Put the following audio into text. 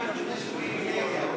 יש פריבילגיה.